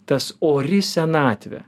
tas ori senatvė